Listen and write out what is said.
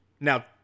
Now